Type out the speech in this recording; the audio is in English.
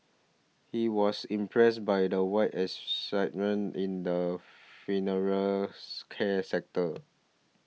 he was impressed by the wide excitement in the funeral care sector